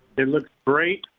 it looks great,